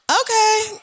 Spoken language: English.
Okay